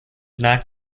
knocked